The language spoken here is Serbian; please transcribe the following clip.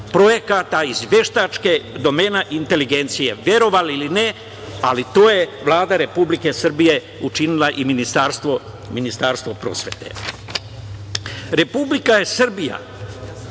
projekata iz domena veštačke inteligencije. Verovali ili ne, ali to je Vlada Republike Srbije učinila i Ministarstvo prosvete. Republika Srbija